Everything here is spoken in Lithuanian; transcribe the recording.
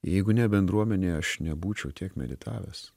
jeigu ne bendruomenė aš nebūčiau tiek meditavęs